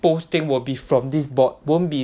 post thing will be from this bot won't be